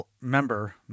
member